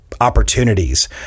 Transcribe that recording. opportunities